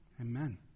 Amen